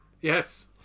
Yes